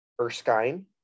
Erskine